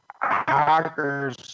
hackers